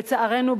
לצערנו,